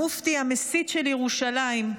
המופתי המסית של ירושלים,